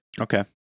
Okay